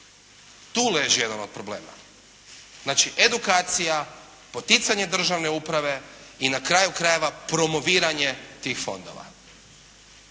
Tu leži jedan od problema. Znači edukacija, poticanje državne uprave i na kraju krajeva promoviranje tih fondova.